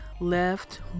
left